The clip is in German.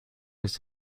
ist